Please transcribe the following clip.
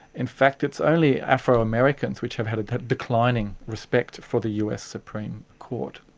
in fact it's only afro-americans which have had had declining respect for the us supreme court.